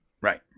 Right